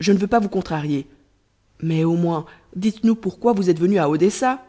je ne veux pas vous contrarier mais au moins dites-nous pourquoi vous êtes venu à odessa